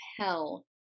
hell